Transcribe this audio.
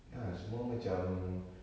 ya semua orang macam